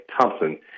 Thompson